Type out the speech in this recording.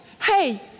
hey